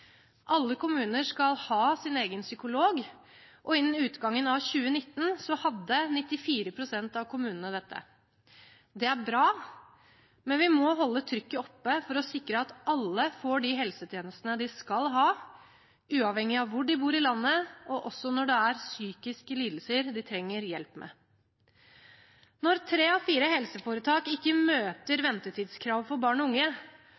Alle kommuner skal ha sin egen psykolog, og innen utgangen av 2019 hadde 94 pst. av kommunene dette. Det er bra, men vi må holde trykket oppe for å sikre at alle får de helsetjenestene de skal ha, uavhengig av hvor de bor i landet, og også når det er psykiske lidelser de trenger hjelp med. Når tre av fire helseforetak ikke møter ventetidskravet for barn og unge